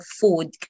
food